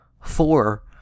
four